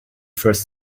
first